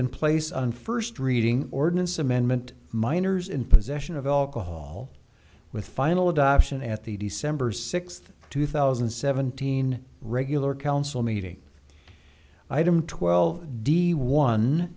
and place on first reading ordinance amendment minors in possession of alcohol with final adoption at the december sixth two thousand and seventeen regular council meeting item twelve d one